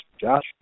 Josh